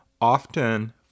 Often